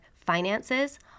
finances